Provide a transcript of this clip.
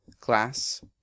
Class